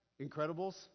Incredibles